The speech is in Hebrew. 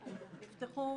נפתחו